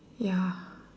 ya